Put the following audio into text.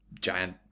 giant